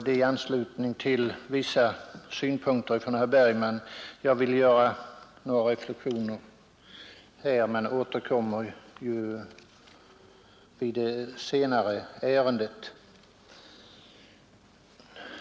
Med anledning av herr Bergmans yttrande skulle jag vilja göra några reflexioner om vissa av hans synpunkter men återkommer till detta i samband med behandlingen av det senare ärendet.